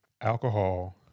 alcohol